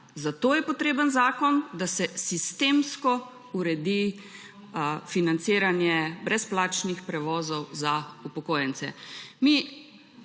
Zato je potreben zakon, da se sistemsko uredi financiranje brezplačnih prevozov za upokojence.